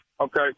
Okay